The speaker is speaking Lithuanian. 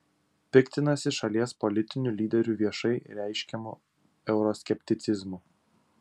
piktinasi šalies politinių lyderių viešai reiškiamu euroskepticizmu